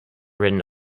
written